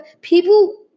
People